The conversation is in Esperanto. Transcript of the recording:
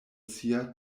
sia